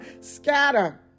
scatter